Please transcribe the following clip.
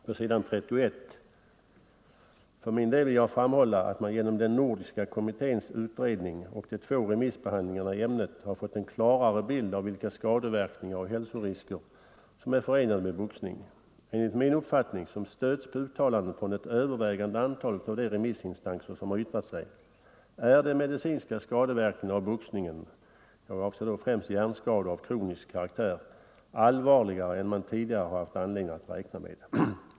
På s. 31 anför han: ”För min del vill jag framhålla, att man genom den nordiska kommitténs utredning och de två remissbehandlingarna i ämnet har fått en klarare bild av vilka skadeverkningar och hälsorisker som är förenade med boxning. Enligt min uppfattning, som stöds på uttalanden från det övervägande antalet av de remissinstanser som har yttrat sig, är de medicinska skadeverkningarna av boxningen — jag avser då främst hjärnskador av kronisk karaktär — allvarligare än man tidigare har haft anledning att räkna med.